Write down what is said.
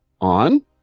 On